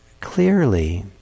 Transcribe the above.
clearly